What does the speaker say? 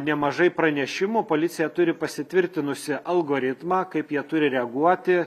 nemažai pranešimų policija turi pasitvirtinusi algoritmą kaip jie turi reaguoti